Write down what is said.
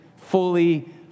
fully